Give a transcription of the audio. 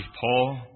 Paul